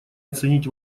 оценить